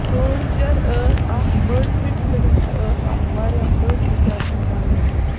soldier ٲسۍ اکھ بٔڈ ہِٹ فِلم تہٕ ٲسۍ اکھ واریاہ بٔڈ تِجٲرتی کامیٲبی